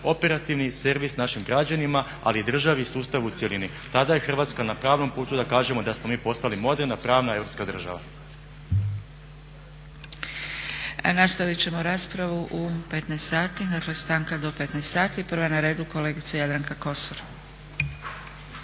operativni servis našim građanima ali i državi sustavu u cjelini. Tada je Hrvatska na pravnom putu da kažemo da smo mi postali moderna, pravna europska država. **Zgrebec, Dragica (SDP)** Nastavit ćemo raspravu u 15,00 sati. Dakle, stanka do 15,00 sati. Prva je na redu kolegica Jadranka Kosor.